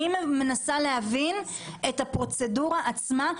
אני מנסה להבין את הפרוצדורה עצמה,